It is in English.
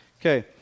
Okay